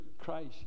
Christ